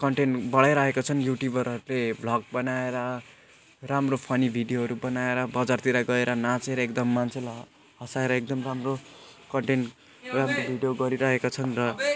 content बढाइरहेका छन् युट्युबरहरूले ब्लग बनाएर राम्रो फन्नी भिडियोहरू बनाएर बजारतिर गएर नाचेर एकदम मान्छेहरूलाई हँसाएर एकदम राम्रो कन्टेन्ट र भिडियो गरिरहेका छन् र